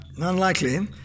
Unlikely